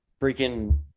freaking